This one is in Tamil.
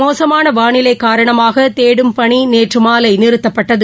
மோசமானவானிலைகாரணமாகதேடும் பணிநேற்றுமாலைநிறுத்தப்பட்டது